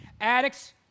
Addicts